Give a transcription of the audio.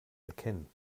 erkennen